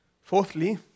Fourthly